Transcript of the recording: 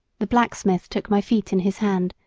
the blacksmith took my feet in his hand,